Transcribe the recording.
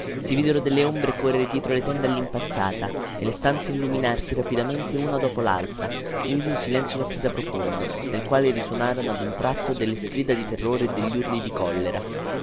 si videro delle ombre correre dietro le tende allimpazzata e le stanze illuminarsi rapidamente una dopo laltra indi un silenzio dattesa profondo nel quale risonarono a un tratto delle strida di terrore e degli urli di collera